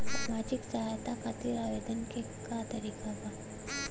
सामाजिक सहायता खातिर आवेदन के का तरीका बा?